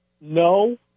No